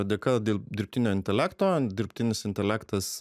dėka dėl dirbtinio intelekto dirbtinis intelektas